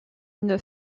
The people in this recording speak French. une